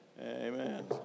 Amen